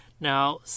Now